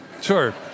sure